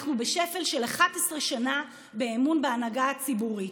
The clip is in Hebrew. אנחנו בשפל של 11 שנה באמון בהנהגה הציבורית.